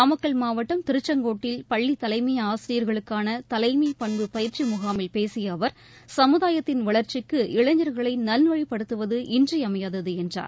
நாமக்கல் மாவட்டம் திருச்செங்கோட்டில் பள்ளி தலைமை ஆசிரியர்களுக்கான தலைமைப் பண்பு பயிற்சி முகாமில் பேசிய அவர் சமுதாயத்தின் வளர்ச்சிக்கு இளைஞர்களை நல்வழிப்படுத்துவது இன்றியமையாதது என்றார்